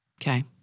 Okay